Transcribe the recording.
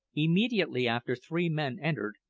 immediately after three men entered,